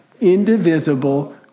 indivisible